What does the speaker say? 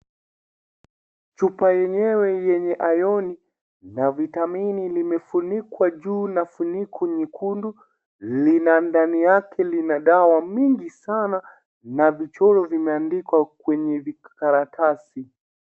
Chupa yenyewe yenye ioni na vitamini limefunikwa juu na funiko nyekundu lina ndani yake lina dawa mingi sana na vichoro vimeandikwa kwenye vikaratasi.